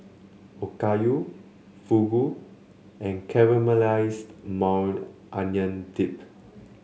Okayu Fugu and Caramelized Maui Onion Dip